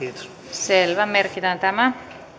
selvä merkitään tämä